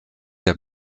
der